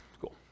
cool